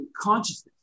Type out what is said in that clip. consciousness